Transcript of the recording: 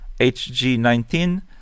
hg19